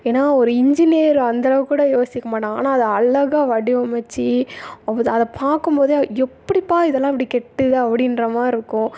ஏன்னா ஒரு இன்ஜினியர் அந்தளவுக்கூட யோசிக்க மாட்டான் ஆனால் அது அழகா வடிவமைத்து அதை அதை பார்க்கும்போதே எப்படிப்பா இதெலாம் இப்படி கெட்டுது அப்படின்றமாரி இருக்கும்